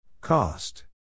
Cost